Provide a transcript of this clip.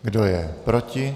Kdo je proti?